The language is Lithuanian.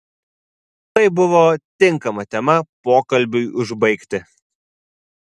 tai buvo tinkama tema pokalbiui užbaigti